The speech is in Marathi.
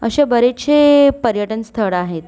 असे बरेचसे पर्यटन स्थळ आहेत